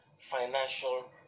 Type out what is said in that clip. financial